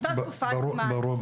ברור.